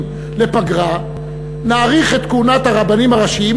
לפגרה נאריך את כהונת הרבנים הראשיים,